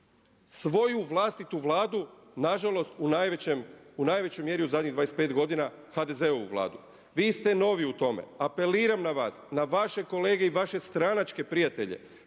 svoju vlastitu Vladu, nažalost u najvećoj mjeri u zadnjih 25 godina HDZ-ovu Vladu. Vi ste novi u tome, apeliram na vas, na vaše kolege i vaše stranačke prijatelje,